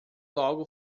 logo